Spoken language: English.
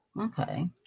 Okay